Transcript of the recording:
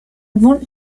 want